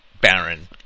Baron